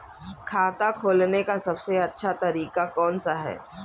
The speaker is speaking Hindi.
खाता खोलने का सबसे अच्छा तरीका कौन सा है?